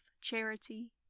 charity